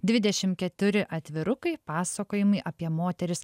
dvidešimt keturi atvirukai pasakojimai apie moteris